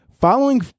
Following